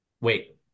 wait